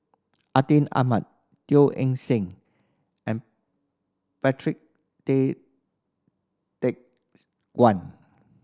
Atin Amat Teo Eng Seng and Patrick Tay Teck Guan